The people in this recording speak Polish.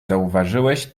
zauważyłeś